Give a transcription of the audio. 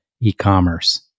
e-commerce